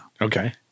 Okay